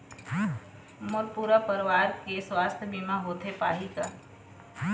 मोर पूरा परवार के सुवास्थ बीमा होथे पाही का?